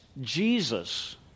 Jesus